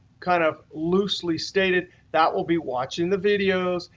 kind of loosely stated that we'll be watching the videos.